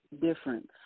difference